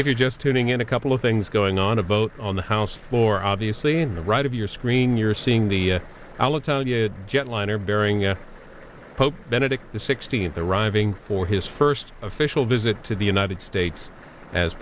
if you're just tuning in a couple of things going on a boat on the house floor obviously in the right of your screen you're seeing the alitalia jetliner bearing pope benedict the sixteenth arriving for his first official visit to the united states as